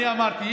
אני אמרתי,